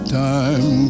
time